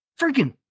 freaking